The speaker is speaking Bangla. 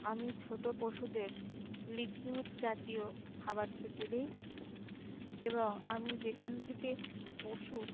আমি ছোটো পশুদের লিকুইড জাতীয় খাবার খেতে দিই এবং আমি যেখান থেকে পশু